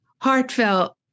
heartfelt